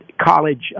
college